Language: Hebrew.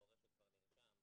והורה שכבר נרשם תקוע,